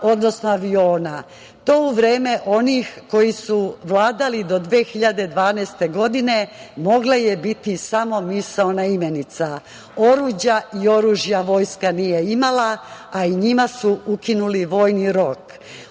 odnosno aviona. To u vreme onih koji su vladali do 2012. godine mogla je biti samo misaona imenica. Oruđa i oružja vojska nije imala, a i njima su ukinuli vojni rok.